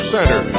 Center